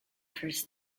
first